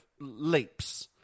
leaps